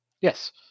Yes